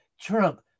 Trump